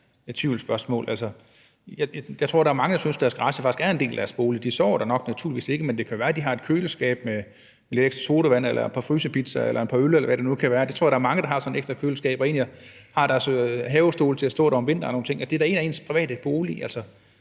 faktisk, der er mange, der synes, at deres garage er en del af deres bolig. De sover der naturligvis nok ikke, men det kan jo være, at de har et køleskab med lidt ekstra sodavand eller et par frysepizzaer eller et par øl, eller hvad det nu kan være, der. Jeg tror, der er mange, der har sådan et ekstra køleskab og som egentlig har deres havestole til at stå der om vinteren og sådan nogle ting, og